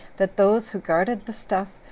that those who guarded the stuff,